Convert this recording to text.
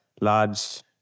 large